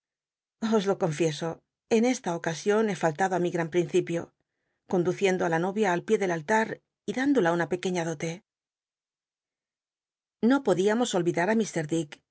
os lo confieso en esta ocasion he fal lado á mi gran principio conduciendo la novia al pié del a a y dándola una pequeña dote no podíamos olvidar á